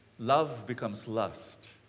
love becomes lust.